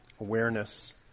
awareness